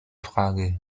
frage